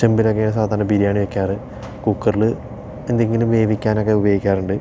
ചെമ്പിലൊക്കെയാണ് സാധാരണ ബിരിയാണി വയ്ക്കാറ് കുക്കറിൽ എന്തെങ്കിലും വേവിക്കാൻ ഒക്കെ ഉപയോഗിക്കാറുണ്ട്